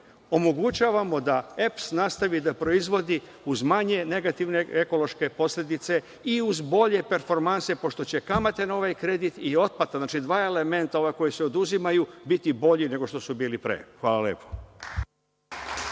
omogućavamo da EPS nastavi da proizvodi uz manje negativne ekološke posledice i uz bolje performanse, pošto će kamate na ovaj kredit i otplate, znači dva elementa koja se oduzimaju, biti bolji nego što su bili pre. Hvala lepo.